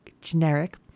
generic